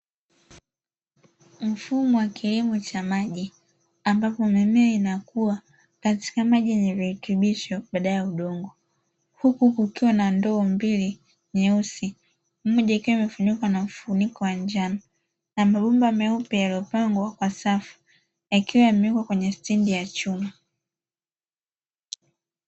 Mfumo wa kilimo cha maji ambapo mimea inakua katika maji yenye virutubisho badala ya udongo, huku kukiwa na ndoo mbili nyeusi moja ikiwa imefunikwa na mfuniko wa njano na mabomba meupe yaliyopangwa kwa safu yakiwa yamewekwa kwenye stendi ya chuma.